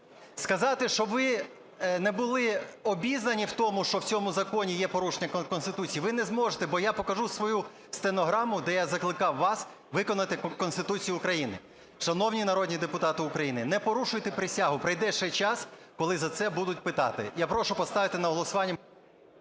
Сказати, що ви не були обізнані в тому, що в цьому законі є порушення Конституції ви не зможете, бо я покажу свою стенограму, де я закликав вас виконати Конституцію України. Шановні народні депутати, не порушуйте присягу. Прийде ще час, коли за це будуть питати. Я прошу поставити на голосування…